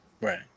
Right